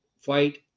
fight